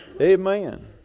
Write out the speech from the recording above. Amen